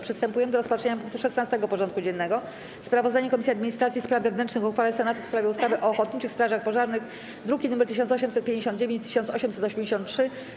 Przystępujemy do rozpatrzenia punktu 16. porządku dziennego: Sprawozdanie Komisji Administracji i Spraw Wewnętrznych o uchwale Senatu w sprawie ustawy o ochotniczych strażach pożarnych (druki nr 1859 i 1883)